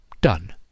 Done